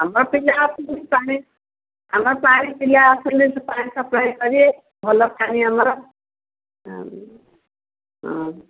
ଆମ ପିଲା ଆସିଲେ ପାଣି ଆମ ପାଣି ପିଲା ଆସିଲେ ପାଣି ସପ୍ଲାଇ କରିବେ ଭଲ ପାଣି ଆମର ହଁ